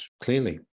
clearly